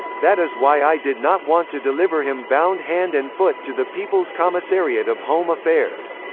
that is why i did not want to deliver him bound hand and foot to the people's commissariat of home affairs.